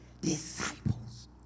disciples